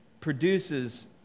produces